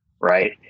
right